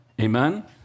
Amen